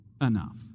enough